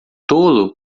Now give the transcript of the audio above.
tolo